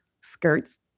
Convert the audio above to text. skirts